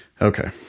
Okay